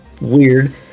weird